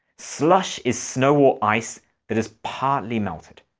slush is snow or ice that has partly melted.